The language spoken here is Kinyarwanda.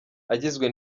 agizwe